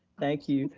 thank you.